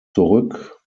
zurück